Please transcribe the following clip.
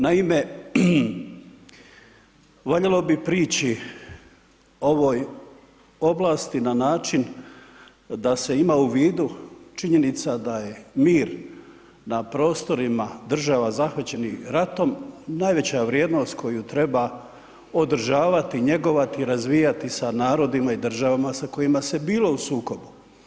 Naime, valjalo bi priči ovoj oblasti na način da se ima u vidu činjenica da je mir na prostorima država zahvaćenih ratom najveća vrijednost koju treba održavati, njegovati, razvijati sa narodima i državama sa kojima se bilo u sukobu.